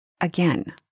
again